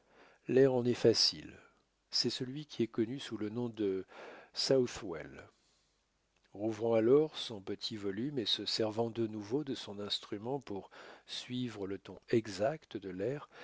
l'air en est facile c'est celui qui est connu sous le nom de southwell rouvrant alors son petit volume et se servant de nouveau de son instrument pour suivre le ton exact de l'air